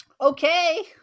okay